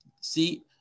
See